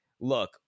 look